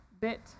bit